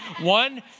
One